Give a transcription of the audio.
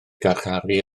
garcharu